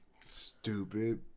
Stupid